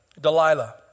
Delilah